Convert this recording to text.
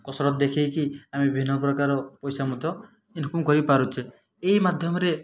କସରତ୍ ଦେଖାଇକି ଆମେ ବିଭିନ୍ନ ପ୍ରକାର ପଇସା ମଧ୍ୟ ଇନକମ୍ କରିପାରୁଛେ ଏଇ ମାଧ୍ୟମରେ